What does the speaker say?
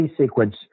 sequence